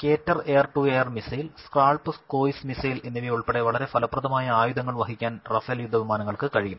cater air to air മിൾസ്രെൽ SCALP cruise missile എന്നിവയുൾപ്പെടെ വളർ ഫ്ലപ്രദമായ ആയുധങ്ങൾ വഹിക്കാൻ റാഫേൽ യുദ്ധവിമാനങ്ങൾക്ക് കഴിയും